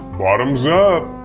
bottom's up!